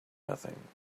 nothing